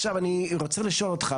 אני רוצה לשאול אותך,